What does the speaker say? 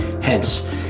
Hence